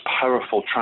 powerful